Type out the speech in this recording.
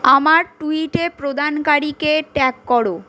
আমার টুইটে প্রদানকারীকে ট্যাগ কর